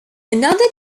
another